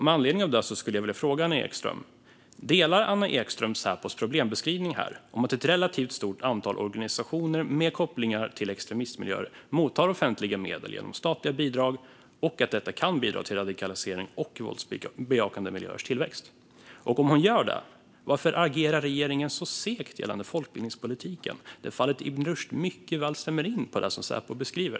Med anledning av detta vill jag fråga: Delar Anna Ekström Säpos problembeskrivning att ett relativt stort antal organisationer med kopplingar till extremistmiljöer mottar offentliga medel genom statliga bidrag och att detta kan bidra till radikalisering och våldsbejakande miljöers tillväxt? Om hon gör det, varför agerar regeringen så segt gällande folkbildningspolitiken när fallet Ibn Rushd mycket väl stämmer in på det som Säpo beskriver?